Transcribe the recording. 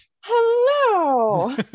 Hello